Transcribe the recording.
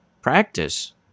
practice